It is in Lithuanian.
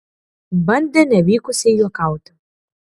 bandė nevykusiai juokauti